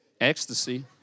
Ecstasy